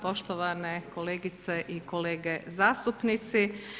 Poštovane kolegice i kolege zastupnici.